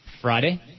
Friday